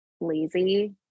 lazy